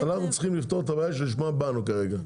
אנחנו צריכים לפתור את הבעיה שלשמה באנו כרגע.